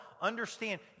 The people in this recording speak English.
Understand